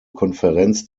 konferenz